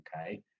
okay